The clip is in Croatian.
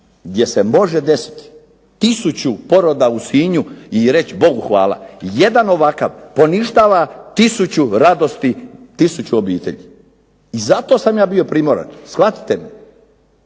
gdje se može desiti 1000 poroda u Sinju i reći Bogu hvala. Jedan ovakav poništava 1000 radosti, 1000 obitelji. I zato sam ja bio primoran, shvatite me,